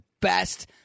best